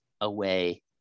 away